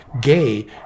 gay